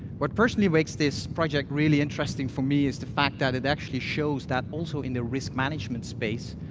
what personally makes this project really interesting for me is the fact that it actually shows that also in the risk management space,